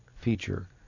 feature